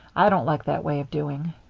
i don't like that way of doing.